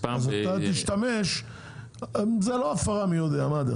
דרך אגב, זו לא הפרה מי יודע מה.